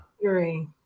three